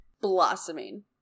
blossoming